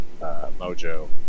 Mojo